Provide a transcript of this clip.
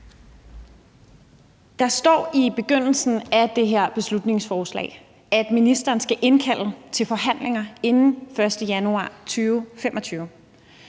Der står i begyndelsen af det her beslutningsforslag, at ministeren skal indkalde til forhandlinger inden den 1. januar 2025.